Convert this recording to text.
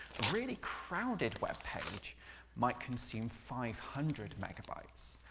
really crowded web page might consume five hundred megabytes.